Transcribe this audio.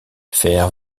faire